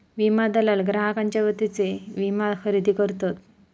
विमा दलाल ग्राहकांच्यो वतीने विमा खरेदी करतत